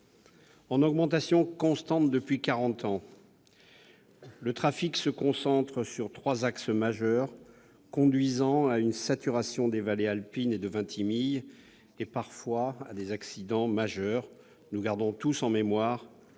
En augmentation constante depuis quarante ans, le trafic se concentre sur trois axes majeurs, conduisant à une saturation des vallées alpines et de Vintimille, et parfois à des accidents majeurs. Nous gardons tous en mémoire l'incendie